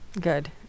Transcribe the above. Good